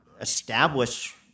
establish